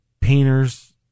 painters